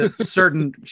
certain